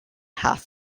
half